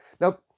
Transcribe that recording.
now